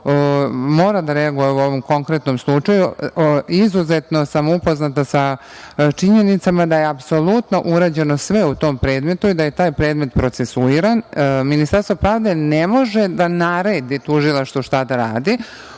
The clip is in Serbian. mora da reaguje u ovom konkretnom slučaju. Izuzetno sam upoznata sa činjenicama da je apsolutno urađeno sve u tom predmetu i da je taj predmet procesuiran. Ministarstvo pravde ne može da naredi tužilaštvu šta da radi,